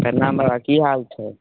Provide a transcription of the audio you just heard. प्रणाम बाबा की हाल छै